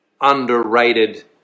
underrated